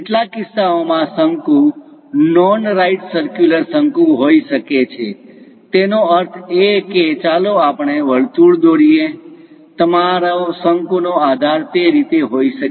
કેટલાક કિસ્સાઓમાં શંકુ નોન રાઈટ સરક્યુલર શંકુ હોઈ શકે છે તેનો અર્થ એ કે ચાલો આપણે વર્તુળ દોરી એ તમારો શંકુ નો આધાર તે રીતે હોઈ શકે